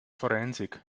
forensik